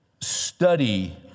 study